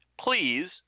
Please